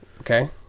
Okay